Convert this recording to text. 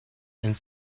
and